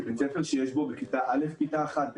זה בית ספר שיש בו בשכבת א' כיתה אחת,